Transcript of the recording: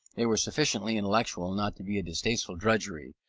they were sufficiently intellectual not to be a distasteful drudgery,